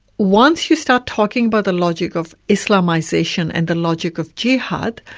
once you start talking about the logic of islamisation and the logic of jihad,